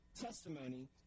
testimony